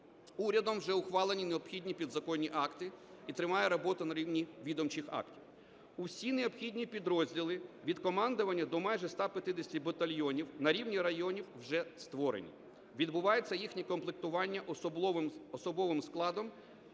Урядом вже ухвалені необхідні підзаконні акти і триває робота на рівні відомчих актів. Усі необхідні підрозділи, від командування до майже 150 батальйонів, на рівні районів вже створені, відбувається їхнє комплектування особовим складом